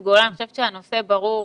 אני חושבת שהנושא ברור.